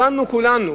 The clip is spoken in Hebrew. הבנו כולנו